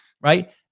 right